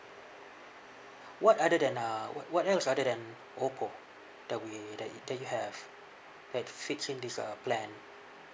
what other than uh what what else other than oppo that we that you that you have that fits in this uh plan